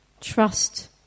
trust